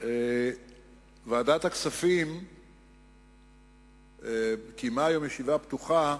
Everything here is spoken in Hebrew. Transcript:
ועדת הכספים קיימה היום ישיבה פתוחה